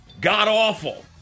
God-awful